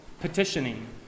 petitioning